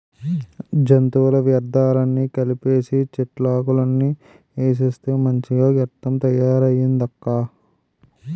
జంతువుల వ్యర్థాలన్నీ కలిపీసీ, చెట్లాకులన్నీ ఏసేస్తే మంచి గెత్తంగా తయారయిందక్కా